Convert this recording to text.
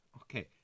Okay